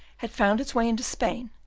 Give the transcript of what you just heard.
had found its way into spain,